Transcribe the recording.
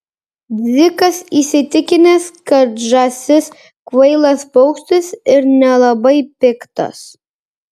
dzikas įsitikinęs kad žąsis kvailas paukštis ir nelabai piktas